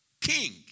king